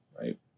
Right